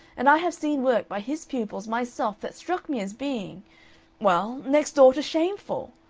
and i have seen work by his pupils myself that struck me as being well, next door to shameful.